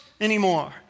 anymore